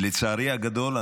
ולצערי הגדול,